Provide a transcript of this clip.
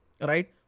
right